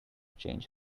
change